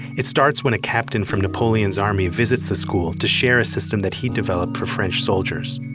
it starts when a captain from napoleon's army visits the school to share a system that he developed for french soldiers.